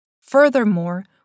Furthermore